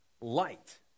light